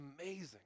amazing